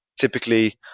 typically